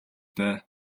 дээ